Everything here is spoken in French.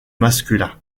masculin